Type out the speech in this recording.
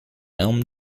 elm